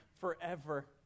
forever